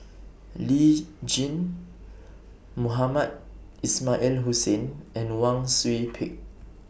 Lee Tjin Mohamed Ismail Hussain and Wang Sui Pick